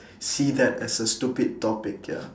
see that as a stupid topic ya